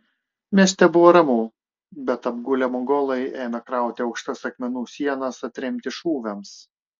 mieste buvo ramu bet apgulę mongolai ėmė krauti aukštas akmenų sienas atremti šūviams